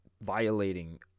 violating